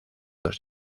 dos